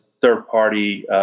third-party